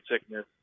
sickness